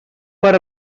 per